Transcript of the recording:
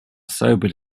sobered